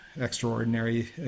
extraordinary